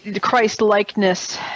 Christ-likeness